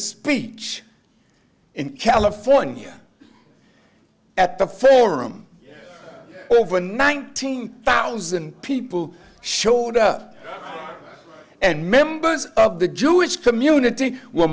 speech in california at the forum over nineteen thousand people showed up and members of the jewish community were